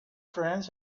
friends